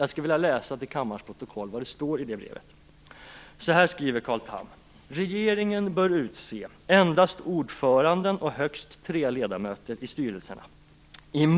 Jag skulle vilja läsa till kammarens protokoll vad det står i det brevet.